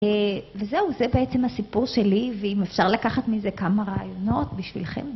וזהו, זה בעצם הסיפור שלי, ואם אפשר לקחת מזה כמה רעיונות בשבילכם, בבקשה.